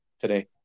today